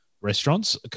restaurants